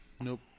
Nope